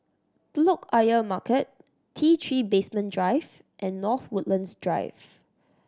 Telok Ayer Market T Three Basement Drive and North Woodlands Drive